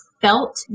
Felt